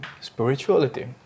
spirituality